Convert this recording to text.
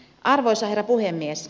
arvoisa herra puhemies